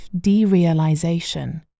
derealization